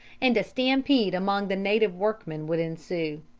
and a stampede among the native workmen would ensue.